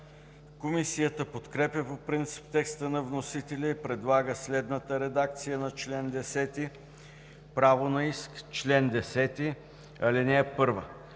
Комисията подкрепя по принцип текста на вносителя и предлага следната редакция на чл. 10: „Право на иск Чл. 10. (1)